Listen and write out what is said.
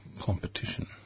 competition